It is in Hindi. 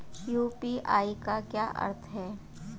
यू.पी.आई का क्या अर्थ है?